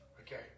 Okay